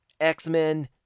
X-Men